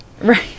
Right